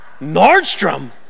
Nordstrom